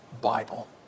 Bible